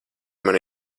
mana